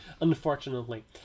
unfortunately